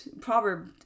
proverb